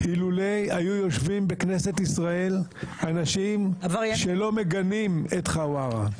אילולא היו יושבים בכנסת ישראל אנשים שלא מגנים את חווארה.